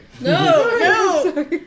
No